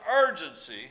urgency